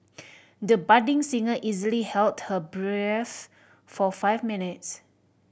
the budding singer easily held her breath for five minutes